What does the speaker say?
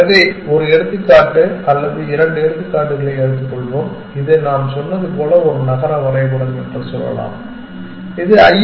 எனவே ஒரு எடுத்துக்காட்டு அல்லது இரண்டு எடுத்துக்காட்டுகளை எடுத்துக்கொள்வோம் இது நாம் சொன்னது போல ஒரு நகர வரைபடம் என்று சொல்லலாம் இது ஐ